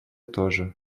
тоже